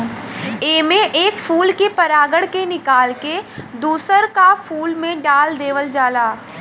एमे एक फूल के परागण के निकाल के दूसर का फूल में डाल देवल जाला